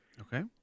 Okay